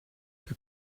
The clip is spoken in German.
der